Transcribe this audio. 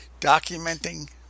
documenting